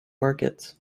markets